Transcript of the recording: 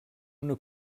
una